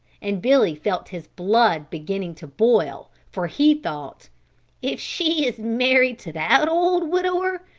and billy felt his blood beginning to boil for he thought if she is married to that old widower,